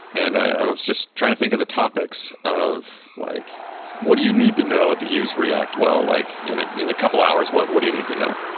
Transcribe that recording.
and i was just trying to think of the topics of like what do you need to know to use react well? like in ah in a couple hours, what what do you need to know?